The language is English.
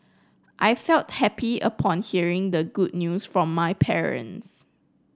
I felt happy upon hearing the good news from my parents